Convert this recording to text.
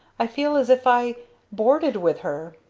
i feel as if i boarded with her!